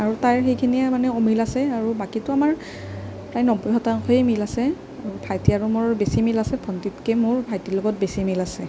আৰু তাইৰ সেইখিনিয়ে মানে অমিল আছে আৰু বাকীটো আমাৰ প্ৰায় নব্বৈ শতাংশই মিল আছে ভাইটি আৰু মোৰ বেছি মিল আছে ভণ্টিতকৈ মোৰ ভাইটিৰ লগত বেছি মিল আছে